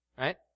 Right